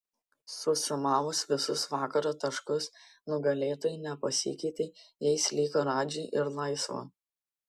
susumavus visus vakaro taškus nugalėtojai nepasikeitė jais liko radži ir laisva